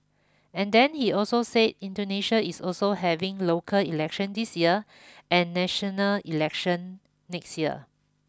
and then he also said Indonesia is also having local elections this year and national elections next year